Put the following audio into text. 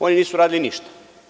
Oni nisu uradili ništa.